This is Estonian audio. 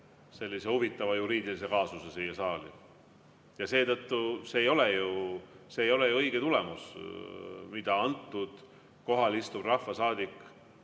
sellise huvitava juriidilise kaasuse siin saalis. Seetõttu see ei ole ju õige tulemus. Mida antud kohal istuv rahvasaadik